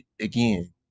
again